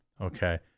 Okay